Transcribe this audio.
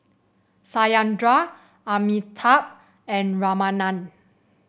Satyendra Amitabh and Ramanand